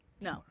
no